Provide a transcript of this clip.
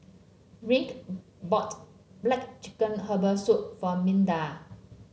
rae bought black chicken Herbal Soup for Minda